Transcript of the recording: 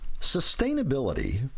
Sustainability